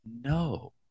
No